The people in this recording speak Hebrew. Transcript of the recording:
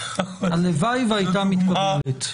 הלוואי שהייתה מתקבלת.